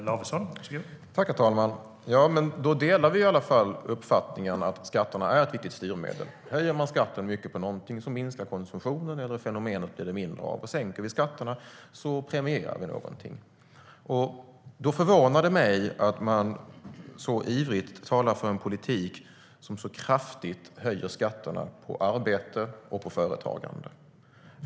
Herr talman! Då delar vi uppfattningen att skatterna är ett viktigt styrmedel, Patrik Lundqvist. Höjer vi skatten mycket på något minskar konsumtionen eller det blir mindre av fenomenet. Sänker skatterna premierar vi något. Då förvånar det mig att ni så ivrigt talar för en politik som så kraftigt höjer skatterna på arbete och företagande.